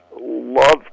love